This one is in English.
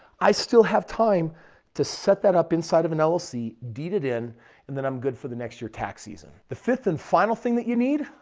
i still have time to set that up inside of an llc, deed it in and then i'm good for the next year tax season. the fifth and final thing that you need,